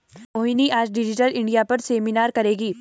मोहिनी आज digital India पर seminar करेगी